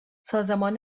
سازمان